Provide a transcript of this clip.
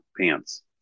pants